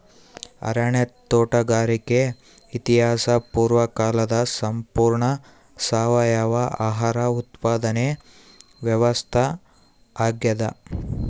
ಅರಣ್ಯ ತೋಟಗಾರಿಕೆ ಇತಿಹಾಸ ಪೂರ್ವಕಾಲದ ಸಂಪೂರ್ಣ ಸಾವಯವ ಆಹಾರ ಉತ್ಪಾದನೆ ವ್ಯವಸ್ಥಾ ಆಗ್ಯಾದ